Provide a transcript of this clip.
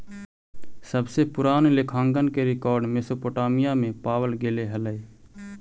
सबसे पूरान लेखांकन के रेकॉर्ड मेसोपोटामिया में पावल गेले हलइ